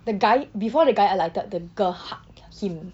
the guy before the guy alighted the girl hugged him